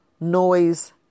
noise